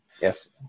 yes